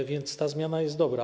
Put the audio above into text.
A więc ta zmiana jest dobra.